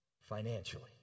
Financially